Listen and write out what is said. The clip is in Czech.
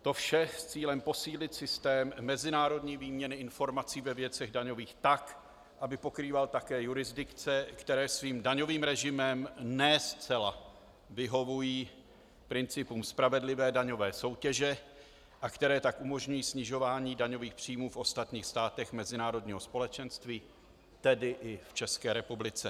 To vše s cílem posílit systém mezinárodní výměny informací ve věcech daňových tak, aby pokrýval také jurisdikce, které svým daňovým režimem ne zcela vyhovují principům spravedlivé daňové soutěže a které tak umožňují snižování daňových příjmů v ostatních státech mezinárodního společenství, tedy i v České republice.